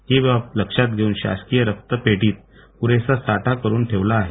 हि बाब लक्षात घेऊन शासकीय रक्तपेढीत पुरेसा साठा करून ठेवला आहे